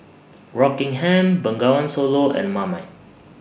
Rockingham Bengawan Solo and Marmite